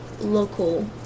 local